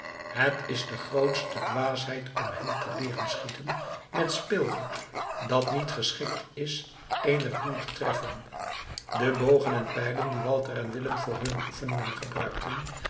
het is de grootste dwaasheid om hen te leeren schieten met speelgoed dat niet geschikt is eenig doel te treffen de bogen en pijlen die walter en willem voor hunne oefeningen gebruikten